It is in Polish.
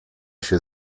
się